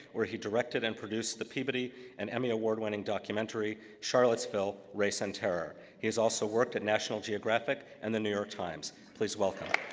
where he directed and produced the peabody and emmy award-winning documentary, charlottesville, race and terror. he has also worked at national geographic and the new york times. please welcome.